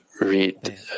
read